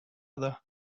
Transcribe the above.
other